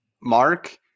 mark